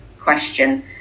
question